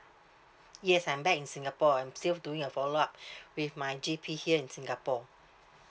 yes I'm back in singapore I'm still doing a follow up with my G_P here in singapore